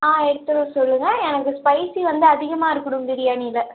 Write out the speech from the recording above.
ஆ எடுத்துகிட்டு வர சொல்லுங்கள் எனக்கு ஸ்பைசி வந்து அதிகமாக இருக்கணும் பிரியாணியில